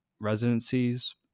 residencies